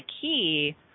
key